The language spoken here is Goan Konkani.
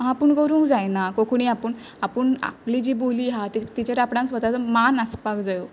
आपूण करूंक जायना कोंकणी आपूण आपूण आपली जी बोली आहा त तिचेर आपणांक स्वताचो मान आसपाक जायो